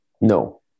No